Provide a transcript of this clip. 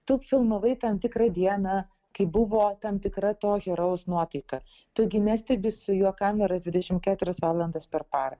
tu filmavai tam tikrą dieną kai buvo tam tikra to herojaus nuotaika tu gi nestebi su juo kameras dvidešim keturias valandas per parą